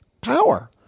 power